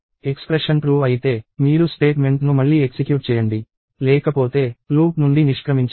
expression true అయితే మీరు statement ను మళ్లీ ఎక్సిక్యూట్ చేయండి లేకపోతే లూప్ నుండి నిష్క్రమించండి